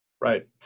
Right